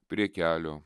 prie kelio